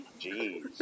Jeez